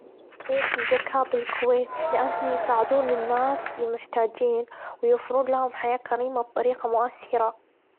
بيت الذكاة بالكويت لأنهم يساعدون الناس المحتاجين، ويوفرون لهم حياة كريمة بطريقة مؤثرة.